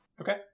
Okay